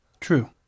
True